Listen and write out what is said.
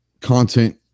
content